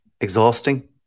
Exhausting